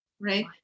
Right